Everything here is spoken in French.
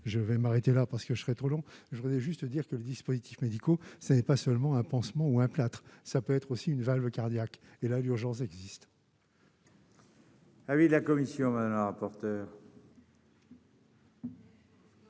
je vais m'arrêter là parce que je serais trop long, je voudrais juste dire que les dispositifs médicaux, ça n'est pas seulement un pansement ou un plâtre, ça peut être aussi une valve cardiaque et là l'urgence existe.